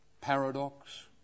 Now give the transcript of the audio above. paradox